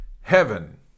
heaven